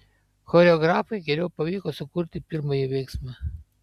choreografui geriau pavyko sukurti pirmąjį veiksmą